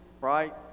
right